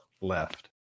left